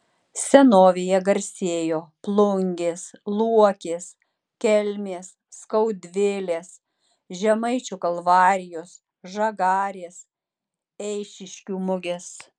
senovėje garsėjo plungės luokės kelmės skaudvilės žemaičių kalvarijos žagarės eišiškių mugės